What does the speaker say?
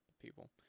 people